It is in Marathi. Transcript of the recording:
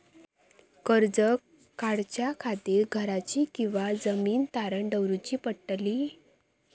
कर्ज काढच्या खातीर घराची किंवा जमीन तारण दवरूची पडतली?